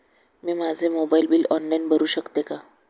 मी माझे mobile bill online भरू शकते का?